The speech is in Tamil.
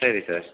சரி சார்